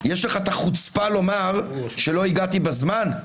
יש לך חוצפה לומר שלא הגעתי בזמן?